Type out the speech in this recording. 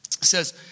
says